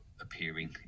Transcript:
appearing